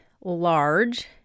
large